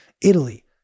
Italy